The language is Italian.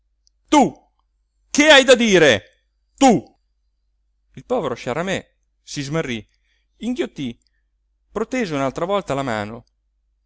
tu che hai da dire tu il povero sciaramè si smarrí inghiottí protese un'altra volta la mano